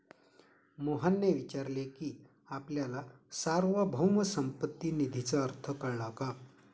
मोहनने विचारले की आपल्याला सार्वभौम संपत्ती निधीचा अर्थ कळला का?